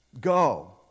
Go